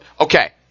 okay